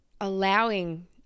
allowing